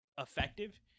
effective